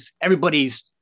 everybody's